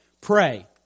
Pray